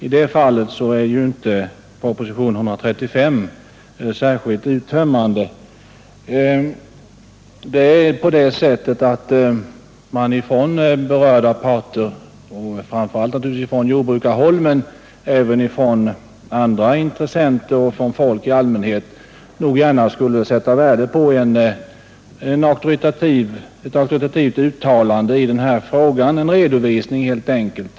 I det fallet är ju inte propositionen 135 särskilt uttömmande. Det är på det sättet att berörda parter, främst naturligtvis jordbrukarna, men även andra intressenter och folk i allmänhet skulle sätta värde på ett auktoritativt uttalande i denna fråga, en redovisning helt enkelt.